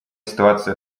ситуация